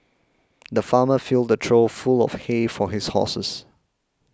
the farmer filled a trough full of hay for his horses